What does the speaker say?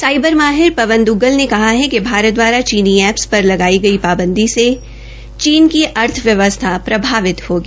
cyber माहिर पवन द्वग्गल ने कहा है कि भारत दवारा चीनी एप्पस पर लगाई गई पाबंदी से चीन की अर्थव्यवस्था प्रभावित होगी